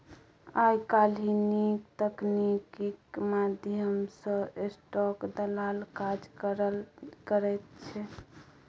आय काल्हि नीक तकनीकीक माध्यम सँ स्टाक दलाल काज करल करैत छै